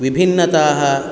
विभिन्नताः